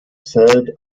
zählt